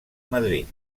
madrid